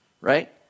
right